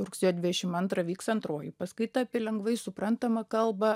rugsėjo dvidešim antrą vyks antroji paskaita apie lengvai suprantamą kalbą